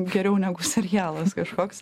geriau negu serialas kažkoks